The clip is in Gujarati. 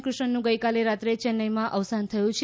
કૃષ્ણનનું ગઇકાલે રાત્રે ચેન્નાઇમાં અવસાન થયું છે